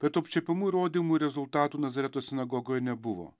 bet apčiuopiamų įrodymų rezultatų nazareto sinagogoj nebuvo